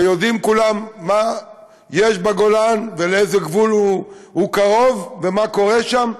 ויודעים כולם מה יש בגולן ולאיזה גבול הוא קרוב ומה קורה שם,